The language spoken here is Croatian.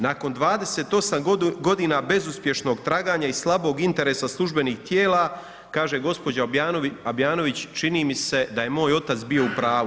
Nakon 28 godina bezuspješnog traganja i slabog interesa službenih tijela, kaže gospođa Abjanović, čini mi se da je moj otac bio u pravu.